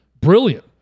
Brilliant